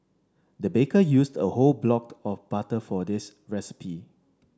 the baker used a whole block of butter for this recipe